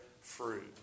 fruit